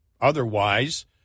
Otherwise